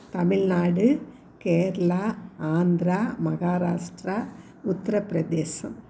Tamil Nadu Kerala Andhra Maharashtra Uttar Pradesh